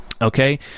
Okay